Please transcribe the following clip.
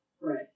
Right